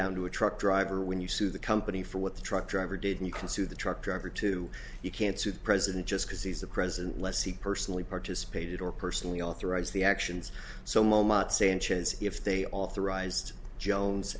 down to a truck driver when you sue the company for what the truck driver did and you can sue the truck driver to you can sue the president just because he's the president less he personally participated or personally authorized the actions so moment sanchez if they authorized jones